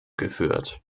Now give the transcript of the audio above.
geführt